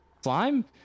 Slime